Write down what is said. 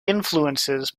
influences